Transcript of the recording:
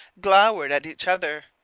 glowered at each other.